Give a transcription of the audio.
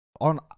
on